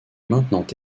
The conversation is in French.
maintenant